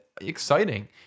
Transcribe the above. exciting